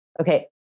Okay